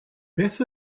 beth